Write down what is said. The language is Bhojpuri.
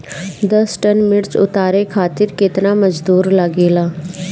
दस टन मिर्च उतारे खातीर केतना मजदुर लागेला?